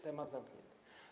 Temat zamknięty.